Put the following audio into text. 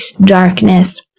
darkness